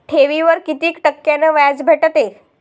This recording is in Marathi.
ठेवीवर कितीक टक्क्यान व्याज भेटते?